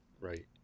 right